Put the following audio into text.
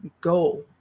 go